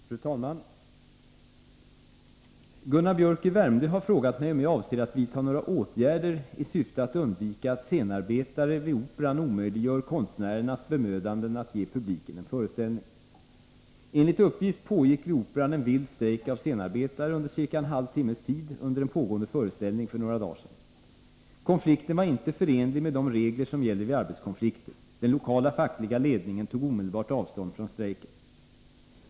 Fru talman! Gunnar Biörck i Värmdö har frågat mig om jag avser att vidta några åtgärder i syfte att undvika att scenarbetare vid Operan omöjliggör konstnärernas bemödanden att ge publiken en föreställning. Enligt uppgift pågick vid Operan en vild strejk av scenarbetare under ca en halv timmes tid under en pågående föreställning för några dagar sedan. Konflikten var inte förenlig med de regler som gäller vid arbetskonflikter. Den lokala fackliga ledningen tog omedelbart avstånd från strejken.